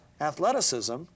athleticism